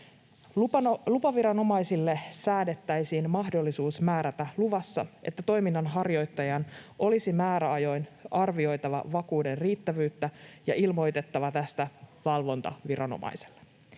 Lupaviranomaisille säädettäisiin mahdollisuus määrätä luvassa, että toiminnanharjoittajan olisi määräajoin arvioitava vakuuden riittävyyttä ja ilmoitettava tästä valvontaviranomaiselle.